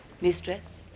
mistress